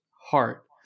heart